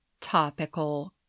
topical